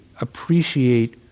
appreciate